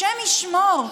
השם ישמור.